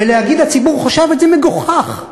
ולהגיד "הציבור חושבת" זה מגוחך.